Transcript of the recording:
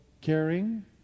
Caring